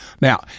Now